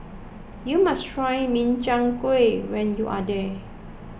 you must try Min Chiang Kueh when you are here